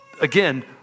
again